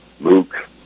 Luke